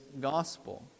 gospel